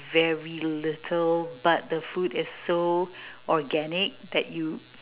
very little but the food is so organic that you